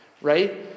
right